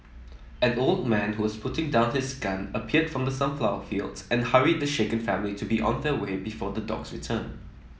an old man who was putting down his gun appeared from the sunflower fields and hurried the shaken family to be on their way before the dogs return